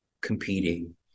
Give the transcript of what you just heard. competing